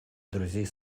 друзей